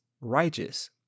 righteous